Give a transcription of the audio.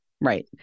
Right